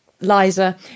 Liza